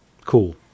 Cool